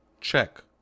check